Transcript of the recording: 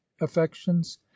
affections